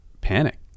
panic